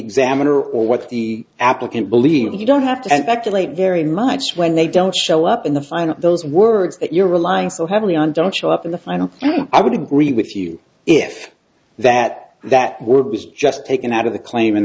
examiner or what the applicant believes you don't have to speculate very much when they don't show up in the final those words that you're relying so heavily on don't show up in the final and i would agree with you if that that word was just taken out of the claim and